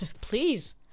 Please